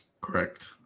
Correct